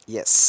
Yes